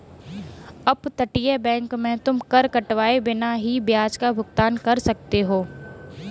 अपतटीय बैंक में तुम कर कटवाए बिना ही ब्याज का भुगतान कर सकते हो